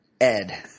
Ed